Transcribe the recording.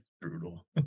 brutal